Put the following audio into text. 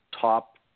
top